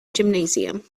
gymnasium